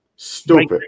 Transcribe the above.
Stupid